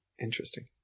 interesting